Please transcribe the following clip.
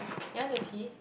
you want to key